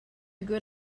good